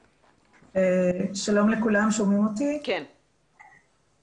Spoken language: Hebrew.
4. חינוך והוראה.